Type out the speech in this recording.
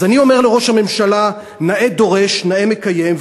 אז אני אומר לראש הממשלה: נאה דורש נאה מקיים,